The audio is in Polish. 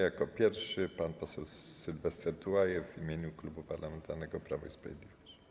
Jako pierwszy pan poseł Sylwester Tułajew w imieniu Klubu Parlamentarnego Prawo i Sprawiedliwość.